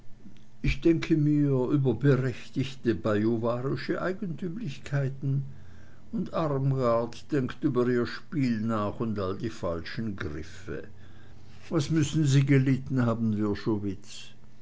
ich denke mir über berechtigte bajuwarische eigentümlichkeiten und armgard denkt über ihr spiel nach und all die falschen griffe was müssen sie gelitten haben